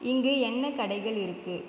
இங்கு என்ன கடைகள் இருக்கு